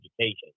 education